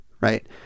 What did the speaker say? right